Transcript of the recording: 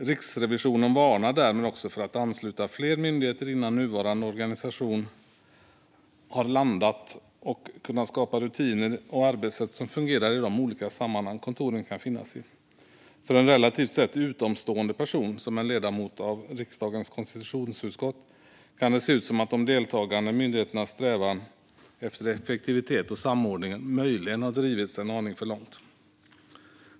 Riksrevisionen varnar därmed också för att ansluta fler myndigheter innan nuvarande organisation har landat och kunnat skapa rutiner och arbetssätt som fungerar i de olika sammanhang kontoren kan finnas i. För en relativt sett utomstående person, till exempel en ledamot av riksdagens konstitutionsutskott, kan det se ut som att de deltagande myndigheternas strävan efter effektivitet och samordning möjligen har drivits en aning för långt.